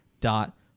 dot